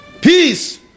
Peace